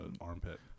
armpit